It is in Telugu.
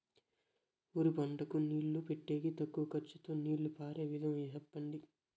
వరి పంటకు నీళ్లు పెట్టేకి తక్కువ ఖర్చుతో నీళ్లు పారే విధం చెప్పండి?